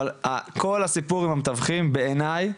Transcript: אבל כל הסיפור עם המתווכים בעיני,